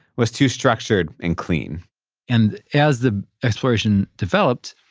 was too structured and clean and as the exploration developed,